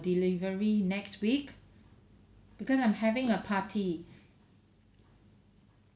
delivery next week because I'm having a party